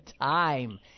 time